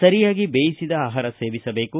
ಸರಿಯಾಗಿ ಬೇಯಿಸಿದ ಆಹಾರವನ್ನು ಸೇವಿಸಬೇಕು